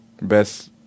Best